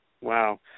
Wow